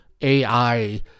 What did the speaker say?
AI